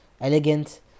elegant